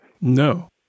No